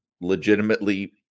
legitimately